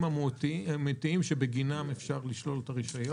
המהותיים שבגינם אפשר לשלול את הרישיון.